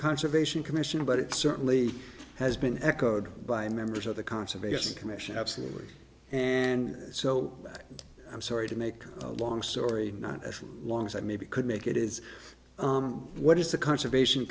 conservation commission but it certainly has been echoed by members of the conservation commission absolutely and so i'm sorry to make a long story not as long as i maybe could make it is what is the conservation